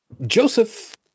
Joseph